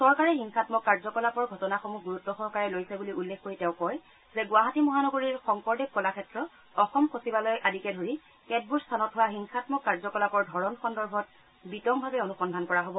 চৰকাৰে হিংসামক কাৰ্যকলাপৰ ঘটনাসমূহ গুৰুত্সহকাৰে লৈছে বুলি উল্লেখ কৰি তেওঁ কয় যে গুৱাহাটী মহানগৰীৰ শংকৰদেৱ কলাক্ষেত্ৰ অসম সচিবালয় আদিকে ধৰি কেতবোৰ স্থানত হোৱা হিংসাম্মক কাৰ্যকলাপৰ ধৰণ সন্দৰ্ভত বিতংভাৱে অনুসন্ধান কৰা হব